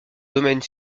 domaine